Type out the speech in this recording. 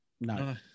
No